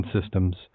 systems